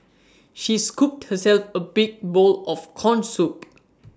she scooped herself A big bowl of Corn Soup